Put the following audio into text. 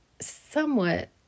somewhat